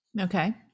Okay